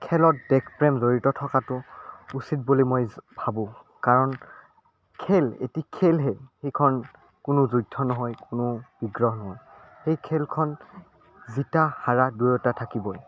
খেলত দেশপ্ৰেম জড়িত থকাতো উচিত বুলি মই ভাবোঁ কাৰণ খেল এটি খেলহে কোনো যুদ্ধ নহয় বিগ্ৰহ নহয় সেই খেলখন জিকা হৰা দুয়োটা থাকিবই